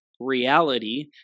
reality